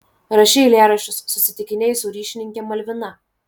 rašei eilėraščius susitikinėjai su ryšininke malvina